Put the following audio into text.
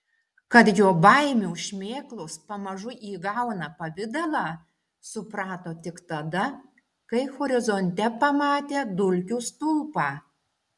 kad jo baimių šmėklos pamažu įgauna pavidalą suprato tik tada kai horizonte pamatė dulkių stulpą